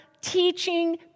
teaching